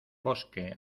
bosque